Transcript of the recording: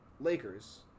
Lakers